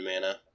mana